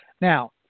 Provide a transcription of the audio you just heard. Now